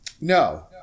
No